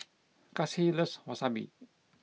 Kasie loves Wasabi